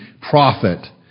prophet